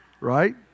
Right